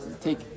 take